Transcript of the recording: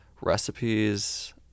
recipes